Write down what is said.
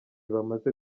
bamaze